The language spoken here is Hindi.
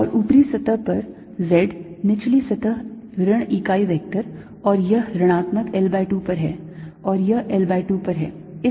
और ऊपरी सतह पर z निचली सतह ऋण इकाई सदिश और यह ऋणात्मक L by 2 पर है और यह L by 2 पर है